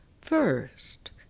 First